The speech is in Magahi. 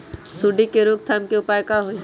सूंडी के रोक थाम के उपाय का होई?